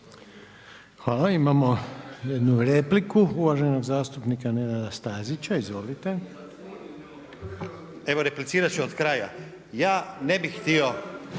Hvala. Imamo jednu repliku uvaženog zastupnika Nenada Stazića. Izvolite. **Stazić, Nenad (SDP)** Evo replicirat ću od kraja. Ja ne bih htio